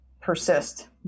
persist